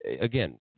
Again